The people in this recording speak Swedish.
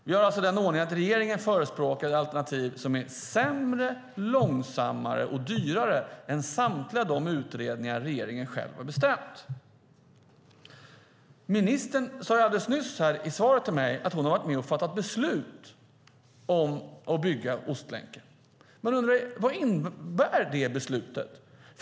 Vi har alltså den ordningen att regeringen förespråkar ett alternativ som är sämre, långsammare och dyrare än samtliga de utredningar regeringen själv har beställt. Ministern sade alldeles nyss i sitt svar till mig att hon har varit med och fattat beslut om att bygga Ostlänken. Man undrar ju vad det beslutet innebär.